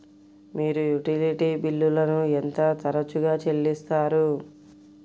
మీరు యుటిలిటీ బిల్లులను ఎంత తరచుగా చెల్లిస్తారు?